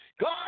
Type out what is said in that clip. God